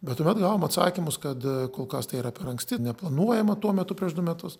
bet tuomet gavom atsakymus kad kol kas tai yra per anksti neplanuojama tuo metu prieš du metus